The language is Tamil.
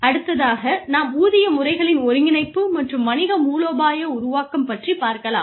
அடுத்ததாக நாம் ஊதிய முறைகளின் ஒருங்கிணைப்பு மற்றும் வணிக மூலோபாய உருவாக்கம் பற்றிப்பார்க்கலாம்